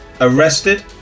arrested